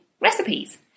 recipes